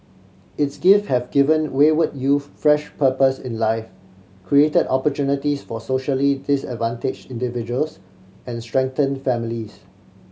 its gift have given wayward youth fresh purpose in life create opportunities for socially disadvantage individuals and strengthen families